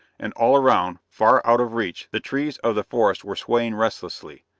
and all around, far out of reach, the trees of the forest were swaying restlessly,